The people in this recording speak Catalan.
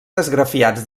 esgrafiats